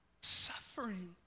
suffering